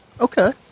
Okay